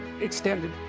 extended